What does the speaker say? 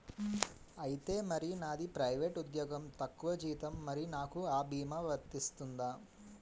ఐతే మరి నాది ప్రైవేట్ ఉద్యోగం తక్కువ జీతం మరి నాకు అ భీమా వర్తిస్తుందా?